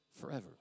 forever